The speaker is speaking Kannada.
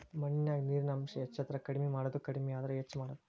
ಮಣ್ಣಿನ್ಯಾಗ ನೇರಿನ ಅಂಶ ಹೆಚಾದರ ಕಡಮಿ ಮಾಡುದು ಕಡಮಿ ಆದ್ರ ಹೆಚ್ಚ ಮಾಡುದು